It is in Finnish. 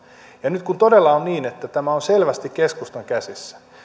ja nyt kun todella on niin että tämä on selvästi keskustan käsissä